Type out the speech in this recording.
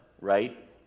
right